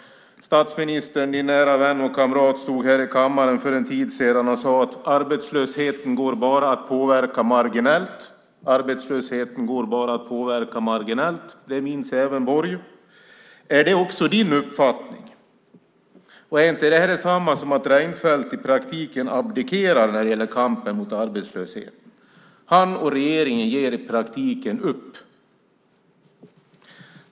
Statsministern, din nära vän och kamrat, stod här i kammaren för en tid sedan och sade att arbetslösheten bara går att påverka marginellt. Det minns även Borg. Är det också din uppfattning? Är det inte detsamma som att Reinfeldt i praktiken abdikerar i kampen mot arbetslösheten? Han och regeringen ger i praktiken upp.